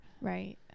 Right